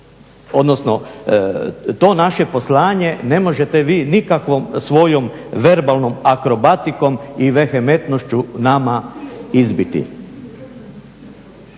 odnosno to naše poslanje ne možete vi nikakvom svojom verbalnom akrobatikom i vehementnošću nama izbiti.